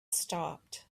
stopped